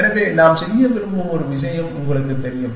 எனவே நாம் செய்ய விரும்பும் ஒரு விஷயம் உங்களுக்குத் தெரியும்